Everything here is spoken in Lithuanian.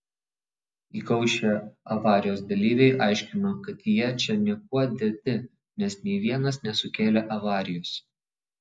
įkaušę avarijos dalyviai aiškino kad jie čia niekuo dėti nes nei vienas nesukėlė avarijos